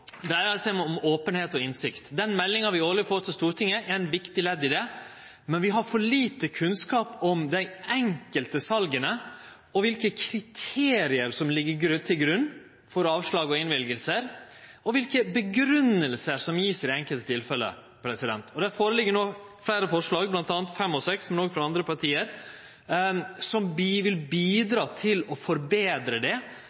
om openheit og innsikt. Den meldinga vi årleg får til Stortinget, er eit viktig ledd i det. Men vi har for lite kunnskap om dei enkelte sala, om kva kriterium som ligg til grunn for avslag og godkjenningar, og om kva grunngjevingar som vert gitt i det enkelte tilfellet. Det ligg no føre fleire forslag, bl.a. nr. 5 og 6 frå SV og Venstre, men òg forslag frå andre parti, som vil bidra til å forbetre det,